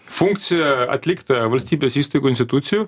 funkcija atlikta valstybės įstaigų institucijų